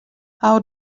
how